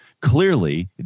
clearly